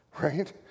right